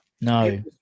no